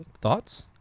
Thoughts